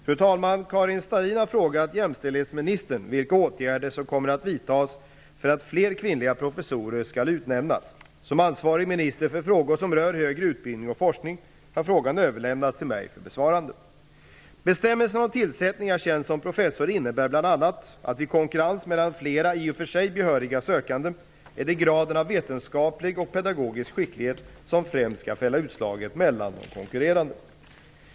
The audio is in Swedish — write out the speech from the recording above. Fru talman! Karin Starrin har frågat jämställdhetsministern vilka åtgärder som kommer att vidtas för att fler kvinnliga professorer skall utnämnas. Eftersom jag är ansvarig minister för frågor som rör högre utbildning och forskning har frågan överlämnats till mig för besvarande. Bestämmelserna om tillsättning av tjänst som professor innebär bl.a. att vid konkurrens mellan flera i och för sig behöriga sökande är det graden av vetenskaplig och pedagogisk skicklighet som främst skall fälla utslaget mellan de konkurrerande.